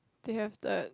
they have that